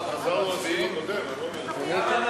כבוד